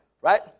right